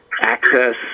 access